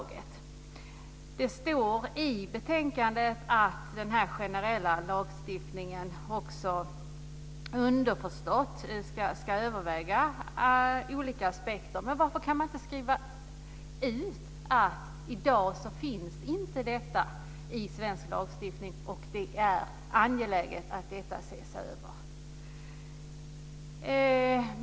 Det framgår underförstått i betänkandet att utredningen ska överväga olika aspekter av den generella lagstiftningen, men varför kan man inte säga ut att det i dag är en brist i svensk lagstiftning och att det är angeläget att detta ses över?